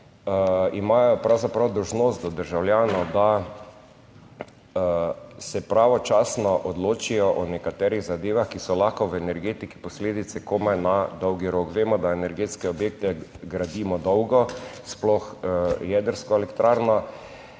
imajo pravzaprav dolžnost do državljanov, da se pravočasno odločijo o nekaterih zadevah, ki so lahko v energetiki posledice komaj na dolgi rok. Vemo, da energetske objekte gradimo dolgo, sploh jedrsko elektrarno